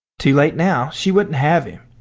too late now she wouldn't have him.